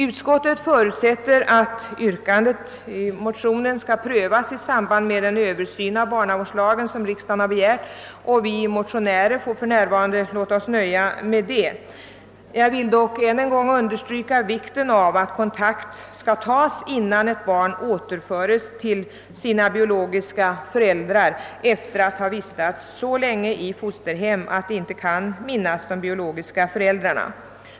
Utskottet förutsätter att yrkandet i vår motion skall prövas i samband med den översyn av barnavårdslagen som riksdagen begärt, och vi motionärer får för närvarande låta oss nöja därmed. Jag vill dock än en gång understryka vikten av att kontakt alltid skall tas innan ett barn återföres till sina biologiska föräldrar efter att ha vistats så länge i fosterhem, att det ej kan minnas de biologiska föräldrarna.